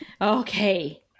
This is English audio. Okay